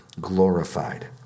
glorified